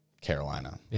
Carolina